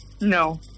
No